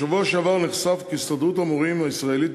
בשבוע שעבר נחשף כי הסתדרות המורים הישראלית